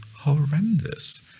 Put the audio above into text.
horrendous